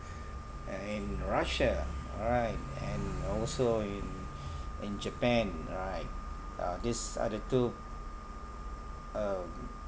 uh in russia all right and also in in japan right uh these are the two um